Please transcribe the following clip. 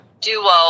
duo